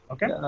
Okay